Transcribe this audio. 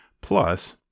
Plus